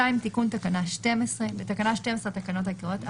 תיקון תקנה 12 2. בתקנה 12 לתקנות העיקריות,